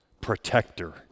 protector